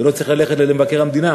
ולא צריך ללכת למבקר המדינה,